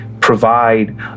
provide